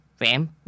Ram